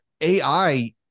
AI